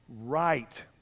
right